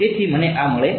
તેથી મને આ મળે છે